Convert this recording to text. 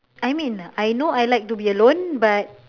I mean I know I like to be alone but